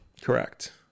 Correct